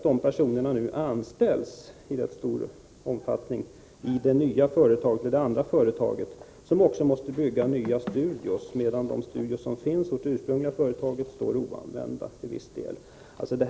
De avskedade anställs nu i rätt stor utsträckning av det andra företaget, som också måste bygga nya studior, medan de studior som finns hos det ursprungliga företaget till viss del står oanvända.